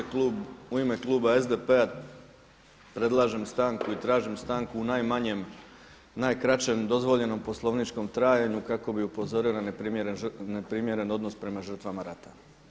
U ime kluba SDP-a predlažem stanku i tražim stanku u najkraćem dozvoljenom poslovničkom trajanju kako bi upozorio na neprimjeren odnos prema žrtvama rata.